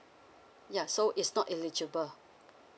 ya so is not eligible